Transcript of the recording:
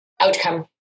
outcome